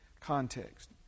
Context